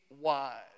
wide